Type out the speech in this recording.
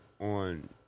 on